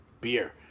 beer